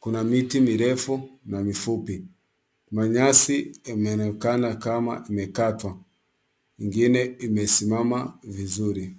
Kuna miti mirefu na mifupi. Manyasi inaonekana kama imekatwa ingine imesimama vizuri.